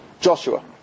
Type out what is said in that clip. Joshua